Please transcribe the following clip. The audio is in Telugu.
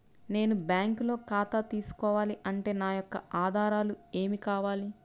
నేను బ్యాంకులో ఖాతా తీసుకోవాలి అంటే నా యొక్క ఆధారాలు ఏమి కావాలి?